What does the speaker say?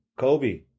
Kobe